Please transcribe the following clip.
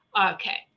okay